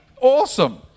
awesome